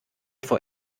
vor